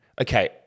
Okay